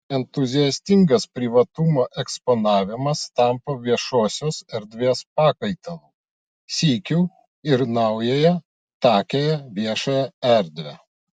entuziastingas privatumo eksponavimas tampa viešosios erdvės pakaitalu sykiu ir naująją takiąja viešąja erdve